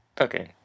okay